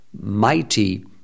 mighty